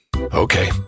Okay